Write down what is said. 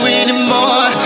anymore